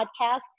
podcast